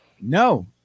No